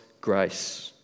grace